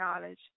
knowledge